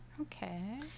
Okay